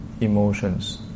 emotions